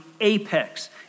apex